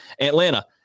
Atlanta